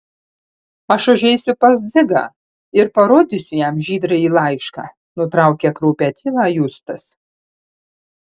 aš užeisiu pas dzigą ir parodysiu jam žydrąjį laišką nutraukė kraupią tylą justas